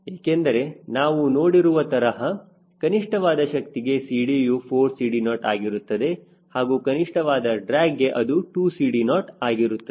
ಏಕೆಂದರೆ ನಾವು ನೋಡಿರುವ ತರಹ ಕನಿಷ್ಠವಾದ ಶಕ್ತಿಗೆ CD ಯು 4CD0 ಆಗಿರುತ್ತದೆ ಹಾಗೂ ಕನಿಷ್ಠವಾದ ಡ್ರ್ಯಾಗ್ಗೆ ಅದು 2CD0 ಆಗಿರುತ್ತದೆ